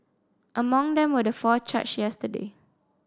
among them were the four charged yesterday